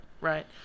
right